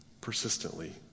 persistently